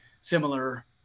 similar